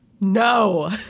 No